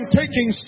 taking